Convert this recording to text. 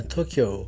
Tokyo